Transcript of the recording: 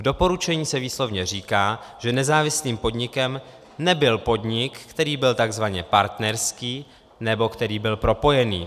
V doporučení se výslovně říká, že nezávislým podnikem nebyl podnik, který byl tzv. partnerský nebo který byl propojený.